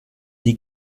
die